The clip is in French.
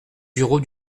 bureau